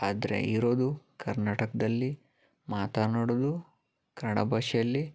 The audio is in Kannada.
ಆದರೆ ಇರೋದು ಕರ್ನಾಟಕದಲ್ಲಿ ಮಾತನಾಡಲು ಕನ್ನಡ ಭಾಷೆಯಲ್ಲಿ